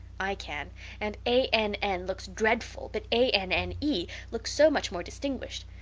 i can and a n n looks dreadful, but a n n e looks so much more distinguished.